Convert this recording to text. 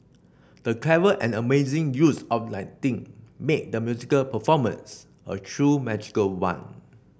the clever and amazing use of lighting made the musical performance a true magical one